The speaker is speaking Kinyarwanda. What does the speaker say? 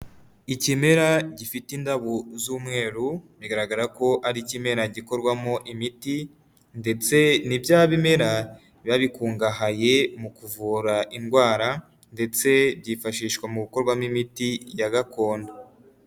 Ikimera gifite indabo z'umweru, bigaragara ko ari ikimera gikorwamo imiti, ndetse n'ibya bimera biba bikungahaye mu kuvura indwara, ndetse byifashishwa mu gukorwamo imiti ya gakondo.